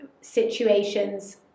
situations